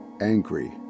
angry